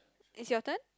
it's your turn